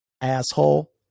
Asshole